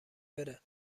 بره